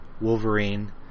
Wolverine